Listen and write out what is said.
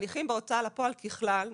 הליכים בהוצאה לפועל ככלל,